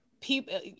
people